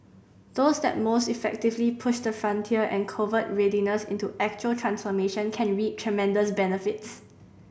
those that most effectively push the frontier and convert readiness into actual transformation can reap tremendous benefits